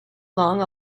long